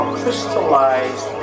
crystallized